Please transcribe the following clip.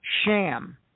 sham